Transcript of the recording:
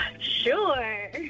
Sure